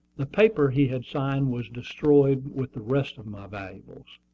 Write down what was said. the paper he had signed was destroyed with the rest of my valuables.